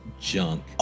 junk